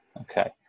Okay